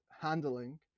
handling